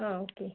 ആ ഓക്കെ